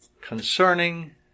concerning